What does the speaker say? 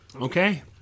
Okay